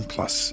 Plus